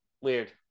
Weird